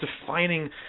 defining